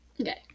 Okay